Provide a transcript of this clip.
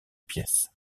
pièces